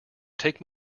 take